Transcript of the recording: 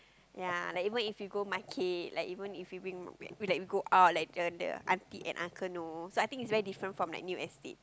ya like even if we go market like even if we we like go out like the auntie and uncle even know very different from new estate